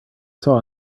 saw